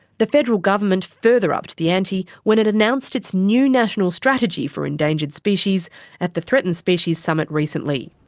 the federal government further upped the ante when it announced its new national strategy for endangered species at the threatened species summit recently.